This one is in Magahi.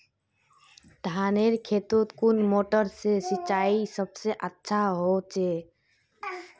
धानेर खेतोत कुन मोटर से सिंचाई सबसे अच्छा होचए?